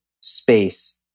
space